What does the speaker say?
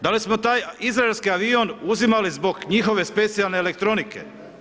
Da li smo taj izraelski avion uzimali zbog njihove specijalne elektronike?